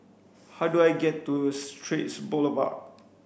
how do I get to Straits Boulevard